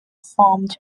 formed